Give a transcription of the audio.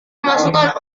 memasukkan